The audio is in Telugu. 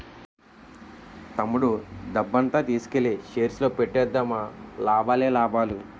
తమ్ముడు డబ్బంతా తీసుకెల్లి షేర్స్ లో పెట్టాడేమో లాభాలే లాభాలు